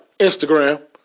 Instagram